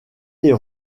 les